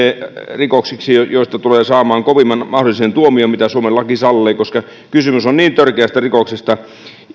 rikoksiksi joista tulee saamaan kovimman mahdollisen tuomion mitä suomen laki sallii koska kysymys on niin törkeästä rikoksesta